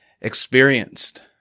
experienced